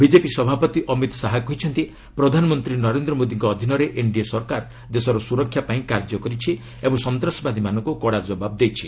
BJP ସଭାପତି ଅମିତ ଶାହା କହିଛନ୍ତି ପ୍ରଧାନମନ୍ତ୍ରୀ ନରେନ୍ଦ୍ର ମୋଦିଙ୍କ ଅଧୀନରେ ଏନ୍ଡିଏ ସରକାର ଦେଶର ସ୍ୱରକ୍ଷା ପାଇଁ କାର୍ଯ୍ୟ କରିଛି ଓ ସନ୍ତାସବାଦୀମାନଙ୍କୁ କଡ଼ା ଜବାବ ଦେଇଛି